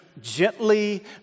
gently